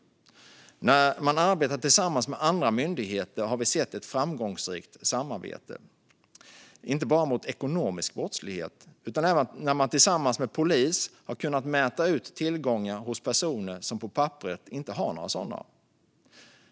När de arbetar tillsammans med andra myndigheter har vi sett ett framgångsrikt samarbete, inte bara mot ekonomisk brottslighet. De har även tillsammans med polis kunnat mäta ut tillgångar hos personer som på papperet inte har några sådana.